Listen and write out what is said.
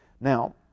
Now